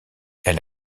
elle